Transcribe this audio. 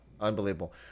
unbelievable